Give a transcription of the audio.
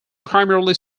primarily